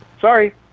sorry